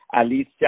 Alicia